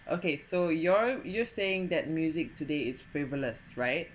okay so you're you're saying that music today it's frivolous right